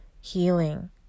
healing